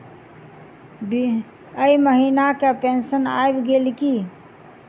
एहि महीना केँ पेंशन आबि गेल की